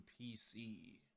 PC